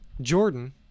Jordan